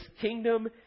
kingdom